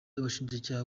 abashinjacyaha